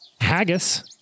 Haggis